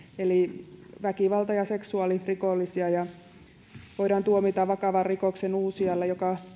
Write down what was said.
eli väkivalta ja seksuaalirikollisia ja tämä voidaan tuomita vakavan rikoksen uusijalle